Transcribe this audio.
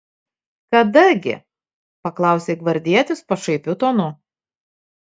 kada gi paklausė gvardietis pašaipiu tonu